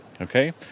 Okay